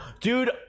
Dude